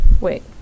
Wait